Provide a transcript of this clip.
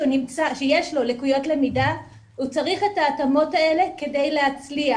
ילד שיש לו לקויות למידה צריך את ההתאמות האלה כדי להצליח,